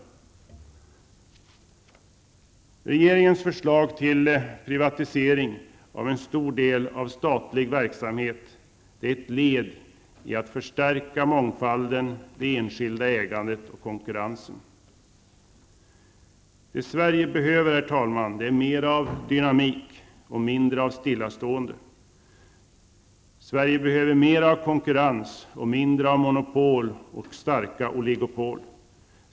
Regeringens förslag till privatisering av en stor del av statlig verksamhet är ett led i att förstärka mångfalden, det enskilda ägandet och konkurrensen. Det som Sverige behöver, herr talman, är mera av dynamik och mindre av stillastående. Sverige behöver mera av konkurrens och mindre av monopol och starka oligopol.